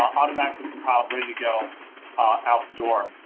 ah automatically compiled, ready to go out the door.